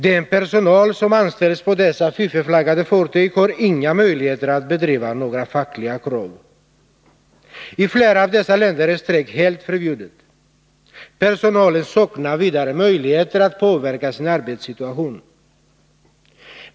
Den personal som anställs på dessa fiffelflaggade fartyg har inga möjligheter att driva några fackliga krav. I flera av de aktuella länderna är strejker helt förbjudna. Personalen saknar vidare möjligheter att påverka sin arbetssituation.